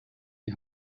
die